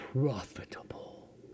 profitable